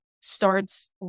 starts